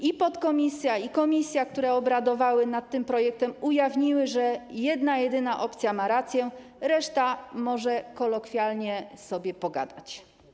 I podkomisja, i komisje, które obradowały nad tym projektem, ujawniły, że jedna jedyna opcja ma rację, reszta może kolokwialnie sobie pogadać.